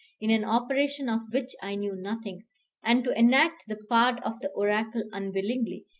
in an operation of which i knew nothing and to enact the part of the oracle unwillingly,